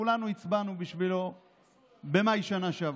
שכולנו הצבענו בשבילו במאי בשנה שעברה,